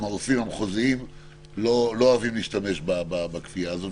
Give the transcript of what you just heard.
הרופאים המחוזיים לא אוהבים להשתמש בכפייה הזאת,